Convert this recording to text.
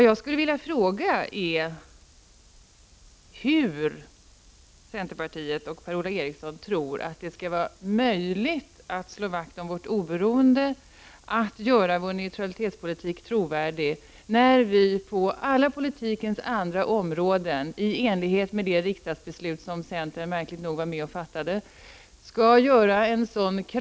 Jag skulle vilja fråga hur centerpartiet och Per-Ola Eriksson tror att det skall vara möjligt att slå vakt om vårt oberoende, att göra vår neutralitetspolitik trovärdig, när vi på alla politikens andra områden — i enlighet med det riksdagsbeslut som centern märkligt nog var med och fattade — skall genomföra en sådan kraftig, snabb och förutsättningslös integration: den ekonomiska politiken, skattepolitiken, handelspolitiken osv. Jag menar att dessa områden utgör den materiella grunden för vår neutralitetspolitik och för vårt nationella oberoende.